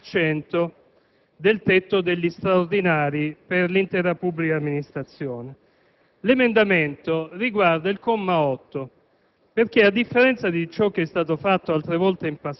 di rivedere il proprio parere negativo sull'emendamento che io propongo per queste ragioni: i commi 5 e 6 dell'articolo 92